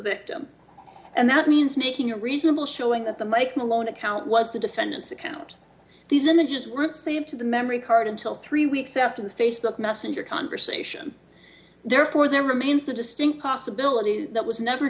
victim and that means making a reasonable showing that the mike malone account was the defendant's account these images were saved to the memory card until three weeks after the facebook messenger conversation therefore there remains the distinct possibility that was never